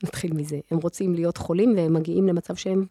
נתחיל מזה, הם רוצים להיות חולים והם מגיעים למצב שהם...